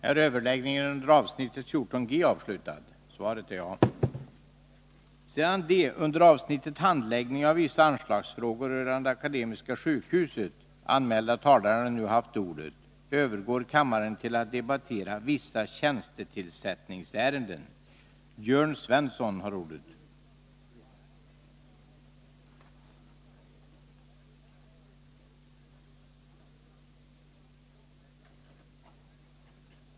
Sedan de under avsnittet Fråga om statsråds jäv i visst fall anmälda talarna nu haft ordet övergår kammaren till att debattera Tillämpningen av lagen om hälsooch miljöfarliga varor m.m.